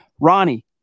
Ronnie